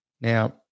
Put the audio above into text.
Now